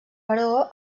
però